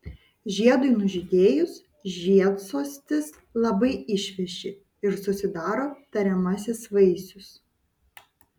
žiedui nužydėjus žiedsostis labai išveši ir susidaro tariamasis vaisius